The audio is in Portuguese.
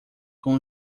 com